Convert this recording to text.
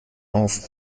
auf